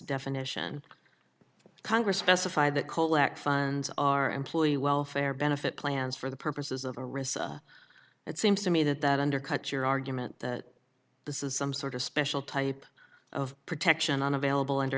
definition congress specified that colac funds are employee welfare benefit plans for the purposes of a risk it seems to me that that undercuts your argument that this is some sort of special type of protection unavailable und